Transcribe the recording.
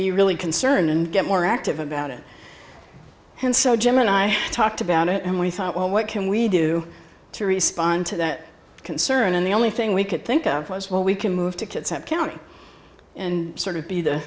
be really concerned and get more active about it and so jim and i talked about it and we thought well what can we do to respond to that concern and the only thing we could think of was well we can move to kids have county and sort of be the